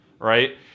right